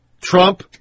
Trump